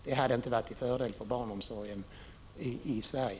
Det hade inte varit till fördel för barnomsorgen i Sverige.